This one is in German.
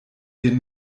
wir